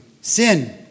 sin